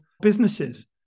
businesses